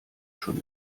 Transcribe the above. schon